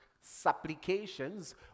supplications